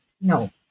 no